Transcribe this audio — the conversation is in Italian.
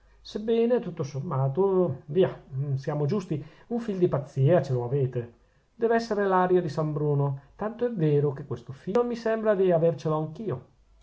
sebbene tutto sommato via siamo giusti un fil di pazzia ce lo avete dev'essere l'aria di san bruno tanto è vero che questo filo mi sembra di avercelo anch'io